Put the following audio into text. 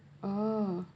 oh